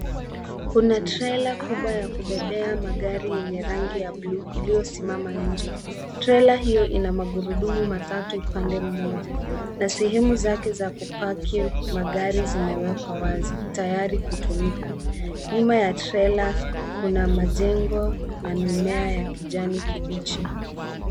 Kuna trela kubwa ya kubebea magari yenye rangi ya buluu iliyosimama nje trela hio ina magurudumu matatu upande mmoja na sehemu zake za kuparki magari zimewekwa wazi tayari kutumika nyuma ya trela kuna majengo na mimea ya kijani kibichi.